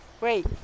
Wait